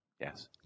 Yes